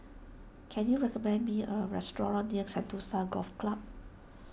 can you recommend me a restaurant near Sentosa Golf Club